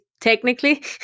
technically